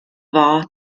war